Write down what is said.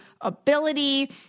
ability